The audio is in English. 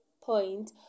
point